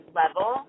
level